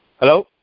Hello